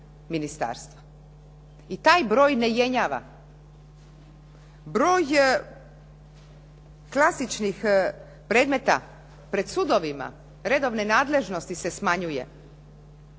I taj broj ne jenjava. Broj klasičnih predmeta pred sudovima redovne nadležnosti se smanjuje.